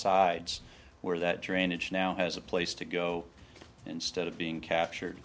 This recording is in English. sides where that drainage now has a place to go instead of being captured